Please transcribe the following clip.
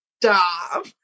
stop